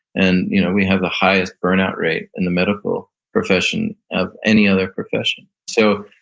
and you know we have the highest burnout rate in the medical profession of any other profession so